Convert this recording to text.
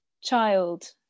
child